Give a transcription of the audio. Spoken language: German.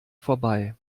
vorbei